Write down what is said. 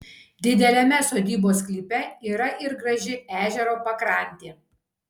dideliame sodybos sklype yra ir graži ežero pakrantė